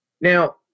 Now